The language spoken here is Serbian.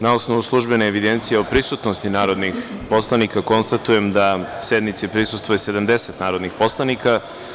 Na osnovu službene evidencije o prisutnosti narodnih poslanika, konstatujem da sednici prisustvuje 70 narodnih poslanika.